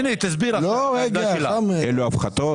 השינוי הזה נועד לממן הפחתות